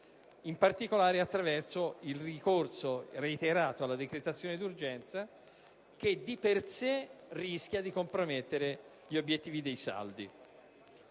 in particolare attraverso il ricorso reiterato alla decretazione d'urgenza che, di per sé, rischia di compromettere gli obiettivi dei saldi.